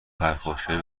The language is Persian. پرخاشگری